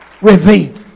revealed